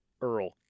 earl